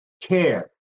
care